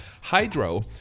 Hydro